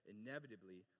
inevitably